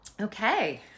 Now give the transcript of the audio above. okay